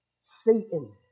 Satan